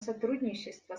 сотрудничество